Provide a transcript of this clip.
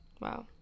wow